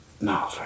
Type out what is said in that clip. no